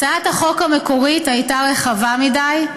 הצעת החוק המקורית הייתה רחבה מדי,